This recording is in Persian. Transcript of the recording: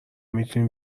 میتونی